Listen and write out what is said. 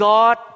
God